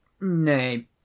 Nay